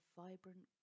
vibrant